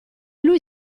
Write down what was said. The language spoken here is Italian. lui